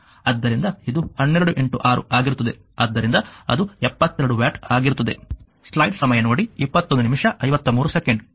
ಆದ್ದರಿಂದ ಇದು 12 6 ಆಗಿರುತ್ತದೆ ಆದ್ದರಿಂದ ಅದು 72 ವ್ಯಾಟ್ ಆಗಿರುತ್ತದೆ